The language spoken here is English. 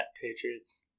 Patriots